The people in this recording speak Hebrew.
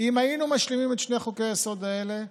אם היינו משלימים את שני חוקי-היסוד האלה,